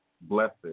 blessed